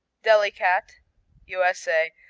delikat u s a.